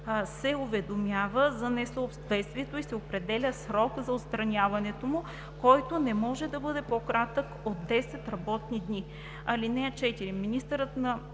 се уведомява за несъответствието и се определя срок за отстраняването му, който не може да бъде по кратък от 10 работни дни.